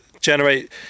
generate